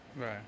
Right